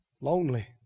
lonely